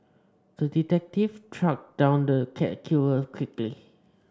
the detective tracked down the cat killer quickly